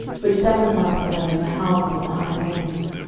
which sacrificed for them in the houses of the high places.